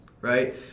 right